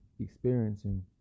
experiencing